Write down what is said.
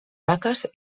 vaques